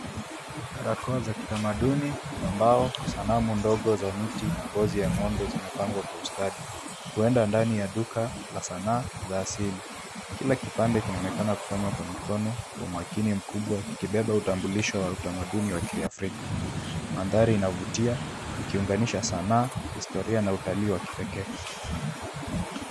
Barakoa za kitamaduni za mbao, sanamu ndogo za miti na ngozi ya ng'ombe, zimepangwa kwa ustadi uenda ndani ya duka la sanaa za asili. Kila kipande kinaonekana kufanywa kwa mkono wa makini mkubwa kikibeba utambulisho wa utamaduni wa kiafrika. Maandari inavutia ikiunganisha sanaa ,historia na utalii wa kipekee.